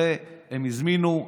הרי הם הזמינו,